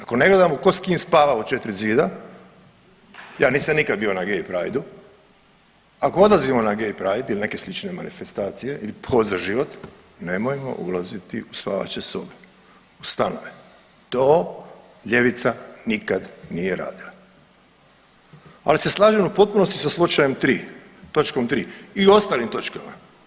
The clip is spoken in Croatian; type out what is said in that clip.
Ako ne gledamo tko s kim spava u 4 zida, ja nisam nikad bio na „Gay Prideu“, ako odlazimo na „Gay pride“ ili neke slične manifestacije ili „Hod za život“ nemojmo ulaziti u spavaće sobe, u stanove, to ljevica nikad nije radila, ali se slažem u potpunosti sa slučajem 3, točkom 3 i u ostalim točkama.